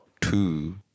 two